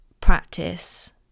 practice